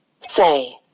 Say